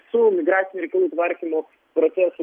su migracinių reikalų tvarkymu procesu